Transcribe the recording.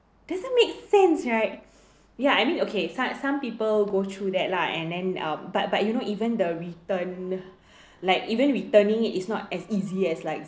doesn't make sense right ya I mean okay some some people go through that lah and then uh but but you know even the return like even returning it is not as easy as like